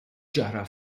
ġara